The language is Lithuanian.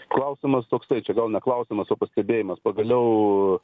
klausimas toksai čia gal ne klausimas o pastebėjimas pagaliau